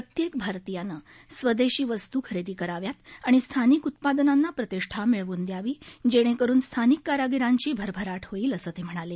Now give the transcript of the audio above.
प्रत्येक भारतीयानं स्वदेशी वस्तू खरेदी कराव्यात आणि स्थानिक उत्पादनांना प्रतिष्ठा मिळवून यावी जेणेकरून स्थानिक कारागिरांची भरभराट होईल असं ते म्हणाले